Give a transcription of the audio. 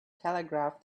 telegraph